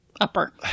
upper